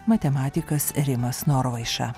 matematikas rimas norvaiša